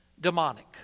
demonic